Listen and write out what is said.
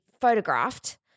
photographed